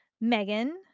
Megan